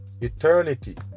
eternity